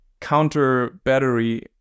counter-battery